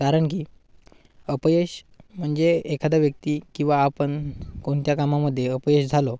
कारण की अपयश म्हणजे एखादा व्यक्ती किंवा आपण कोणत्या कामामध्ये अपयश झालो